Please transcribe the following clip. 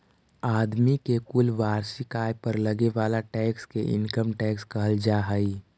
आदमी के कुल वार्षिक आय पर लगे वाला टैक्स के इनकम टैक्स कहल जा हई